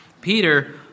Peter